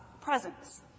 presence